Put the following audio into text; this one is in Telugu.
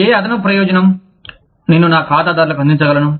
ఏ అదనపు ప్రయోజనం నేను నా ఖాతాదారులకు అందించగలను